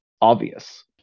obvious